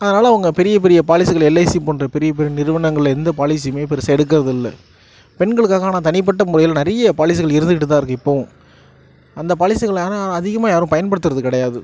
அதனால் அவங்க பெரிய பெரிய பாலிசிகள் எல்ஐசி போன்ற பெரிய பெரிய நிறுவனங்கள்ல எந்த பாலிசியுமே பெருசாக எடுக்கிறதில்ல பெண்களுக்காகனால் தனிப்பட்ட முறையில் நிறைய பாலிசிகள் இருந்துக்கிட்டு தான் இருக்குது இப்பவும் அந்த பாலிசிகள் ஆனால் அதிகமாக யாரும் பயன்படுத்துகிறது கிடையாது